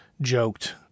joked